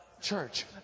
church